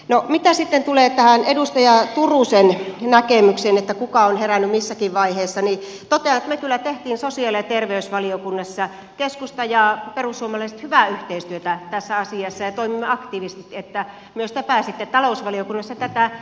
no mitä tulee tähän edustaja turusen näkemykseen kuka on herännyt missäkin vaiheessa totean että me kyllä teimme sosiaali ja terveysvaliokunnassa keskusta ja perussuomalaiset hyvää yhteistyötä tässä asiassa ja toimimme aktiivisesti että myös te pääsitte talousvaliokunnassa tätä käsittelemään